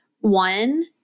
One